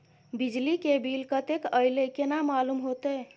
बिजली के बिल कतेक अयले केना मालूम होते?